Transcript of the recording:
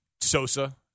Sosa